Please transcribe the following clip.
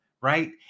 right